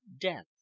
death